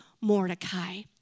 Mordecai